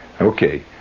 Okay